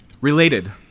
Related